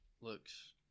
looks